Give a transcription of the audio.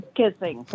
kissing